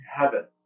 heaven